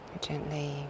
Gently